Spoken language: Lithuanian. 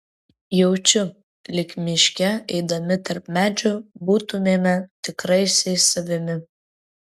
jaučiu lyg miške eidami tarp medžių būtumėme tikraisiais savimi